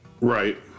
right